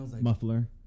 muffler